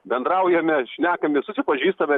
bendraujame šnekamės susipažįstame